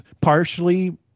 partially